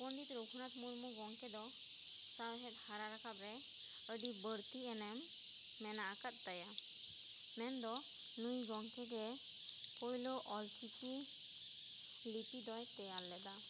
ᱯᱚᱱᱰᱤᱛ ᱨᱟᱹᱜᱷᱩᱱᱟᱛᱷ ᱢᱩᱨᱢᱩ ᱜᱚᱢᱠᱮ ᱫᱚ ᱥᱟᱶᱦᱮᱫ ᱦᱟᱨᱟ ᱨᱟᱠᱟᱵ ᱨᱮ ᱟᱹᱰᱤ ᱵᱟᱹᱲᱛᱤ ᱮᱱᱮᱢ ᱢᱮᱱᱟᱜ ᱟᱠᱟᱫ ᱛᱟᱭᱟ ᱢᱮᱱ ᱫᱚ ᱱᱩᱭ ᱜᱚᱢᱠᱮ ᱜᱮ ᱯᱩᱭᱞᱩ ᱚᱞ ᱪᱤᱠᱤ ᱞᱤᱯᱤ ᱫᱚᱭ ᱛᱮᱭᱟᱨ ᱞᱮᱫᱟ